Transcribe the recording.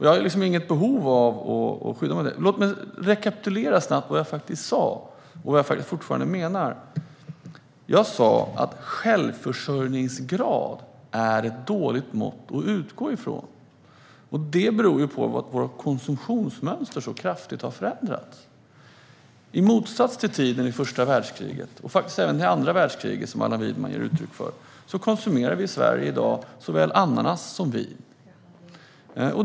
Jag har inget behov av att skydda mig mot det. Låt mig snabbt rekapitulera det som jag faktiskt sa och som jag fortfarande menar. Jag sa att självförsörjningsgrad är ett dåligt mått att utgå från. Det beror på att våra konsumtionsmönster har förändrats så kraftigt. I motsats till vid tiden för första världskriget, och faktiskt även andra världskriget, som Allan Widman nämner, konsumerar vi i Sverige i dag såväl ananas som vin.